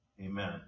Amen